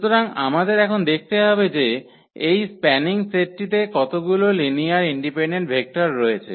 সুতরাং আমাদের এখন দেখতে হবে যে এই স্প্যানিং সেটটিতে কতগুলো লিনিয়ার ইন্ডিপেন্ডেন্ট ভেক্টর রয়েছে